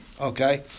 Okay